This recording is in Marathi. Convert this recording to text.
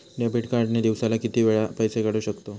डेबिट कार्ड ने दिवसाला किती वेळा पैसे काढू शकतव?